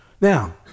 Now